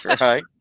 Right